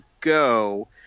go